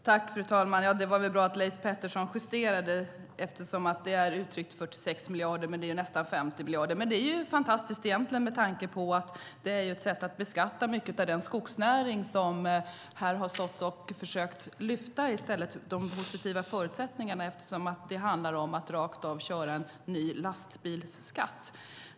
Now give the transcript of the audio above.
Fru talman! Det var väl bra att Leif Pettersson justerade siffran eftersom det har sagts 46 miljarder - men det är nästan 50 miljarder. Det är fantastiskt egentligen med tanke på att det är ett sätt att beskatta mycket av skogsnäringen när jag har försökt lyfta fram de positiva förutsättningarna. Det handlar rakt av om en ny lastbilsskatt.